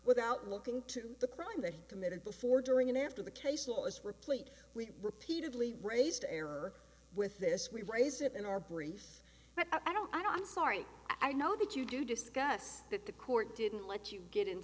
without looking to the crime they committed before during and after the case law is replete we repeatedly raised the error with this we raise it in our brief but i don't i don't sorry i know that you do discuss that the court didn't let you get in